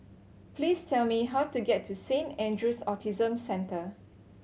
please tell me how to get to Saint Andrew's Autism Centre